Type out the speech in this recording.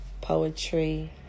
poetry